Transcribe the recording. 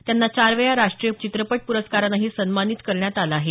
त्यांना चार वेळा राष्ट्रीय चित्रपट प्रस्कारानंही सन्मानित करण्यात आलं आहे